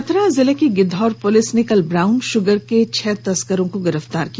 चतरा जिले की गिद्धौर पुलिस ने कल ब्राउन शुगर के छह तस्करों को गिरफ्तार किया